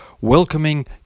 welcoming